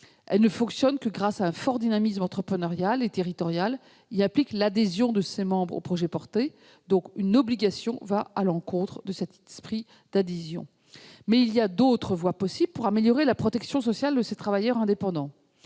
ne fonctionnent que grâce à un fort dynamisme entrepreneurial et territorial, et elles impliquent l'adhésion des membres au projet porté. Le principe de l'obligation va à l'encontre de cet esprit d'adhésion. Cela dit, il y a d'autres voies possibles pour améliorer la protection sociale de ces travailleurs indépendants.